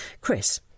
chris